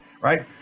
right